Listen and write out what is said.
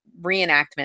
reenactment